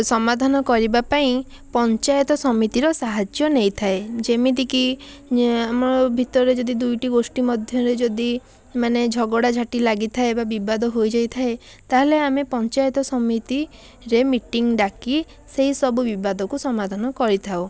ସମାଧାନ କରିବାପାଇଁ ପଞ୍ଚାୟତ ସମିତିର ସାହାଯ୍ୟ ନେଇଥାଏ ଯେମିତିକି ଆମ ଭିତରେ ଯଦି ଦୁଇଟି ଗୋଷ୍ଠୀ ମଧ୍ୟରେ ଯଦି ମାନେ ଝଗଡ଼ାଝାଟି ଲାଗିଥାଏ ବା ବିବାଦ ହୋଇଯାଇଥାଏ ତାହାହେଲେ ଆମେ ପଞ୍ଚାୟତ ସମିତିରେ ମିଟିଙ୍ଗ୍ ଡ଼ାକି ସେଇ ସବୁ ବିବାଦକୁ ସମାଧାନ କରିଥାଉ